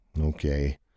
Okay